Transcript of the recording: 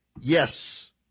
Yes